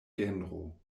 genro